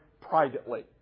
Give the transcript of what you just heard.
privately